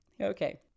okay